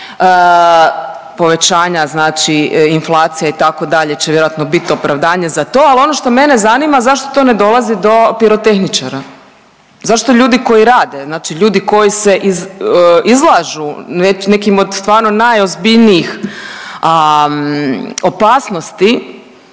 povećanja inflacija itd. će vjerojatno bit opravdanje za to. Ali ono što mene zanima zašto to ne dolazi do pirotehničara, zašto ljudi koji rade, znači ljudi koji se izlažu nekim od stvarno najozbiljnijih opasnosti